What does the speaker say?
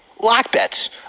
LockBets